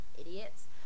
idiots